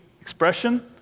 expression